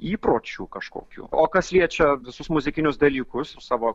įpročių kažkokių o kas liečia visus muzikinius dalykus savo